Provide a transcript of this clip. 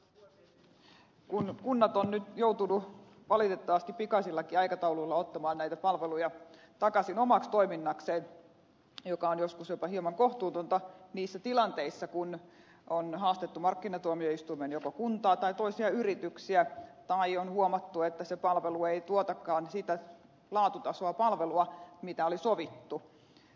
kunnat ovat nyt joutuneet valitettavasti pikaisillakin aikatauluilla ottamaan näitä palveluja takaisin omaksi toiminnakseen mikä on joskus jopa hieman kohtuutonta niissä tilanteissa kun on haastettu markkinatuomioistuimeen joko kunta tai toisia yrityksiä tai on huomattu että se palvelu ei tuotakaan sitä laatutasoa mitä oli sovittu